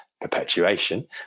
perpetuation